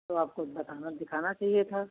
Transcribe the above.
तो आपको बताना दिखाना चाहिए था